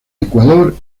ecuador